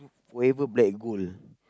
forever black gold